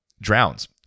drowns